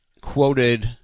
quoted